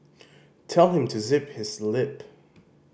tell him to zip his lip